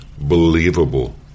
believable